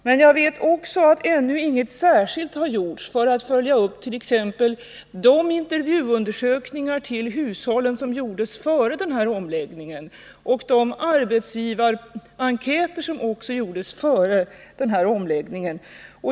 Men jag vet också att ännu inget särskilt har gjorts för att t.ex. följa upp de intervjuundersökningar som 1975 genomfördes med ca 800 hushåll eller de arbetsgivarenkäter som också gjorts före den här omläggningen.